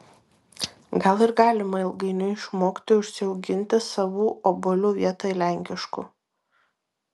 gal ir galima ilgainiui išmokti užsiauginti savų obuolių vietoj lenkiškų